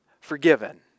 forgiven